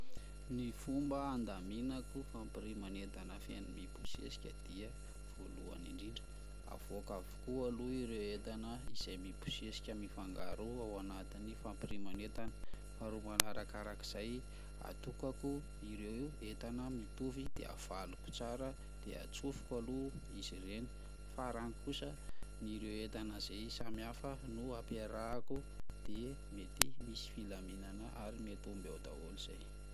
Ny fomba handaminako fampirimaana entana feno mibosesika dia voalohany indrindra avoaka avokoa aloha ireo entana izay mibosesika mifangaro ao anatin'ny fampirimana entana, faharoa manarakarak'izay atokako ireo entana mitovy dia havaloko tsara dia antsofiko aloha izy ireny, farany kosa ny ireo entana izay samy hafa ampiarahako, de mety misy filaminana ary mety homby ao daholo zay.